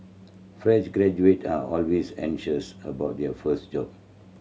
fresh graduates are always anxious about their first job